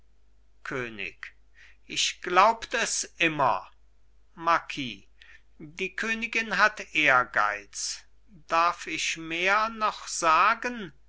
könig ich glaubt es immer marquis die königin hat ehrgeiz darf ich mehr noch sagen